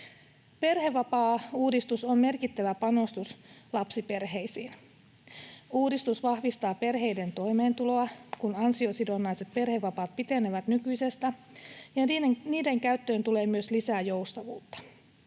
Perhevapaauudistus on merkittävä panostus lapsiperheisiin. Uudistus vahvistaa perheiden toimeentuloa, kun ansiosidonnaiset perhevapaat pitenevät nykyisestä, ja niiden käyttöön tulee myös lisää joustavuutta.